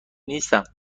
نیستم